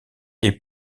est